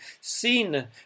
seen